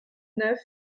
neuf